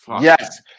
Yes